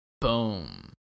Boom